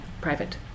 private